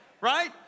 right